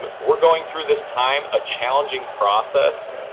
um we're going through this time, a challenging process,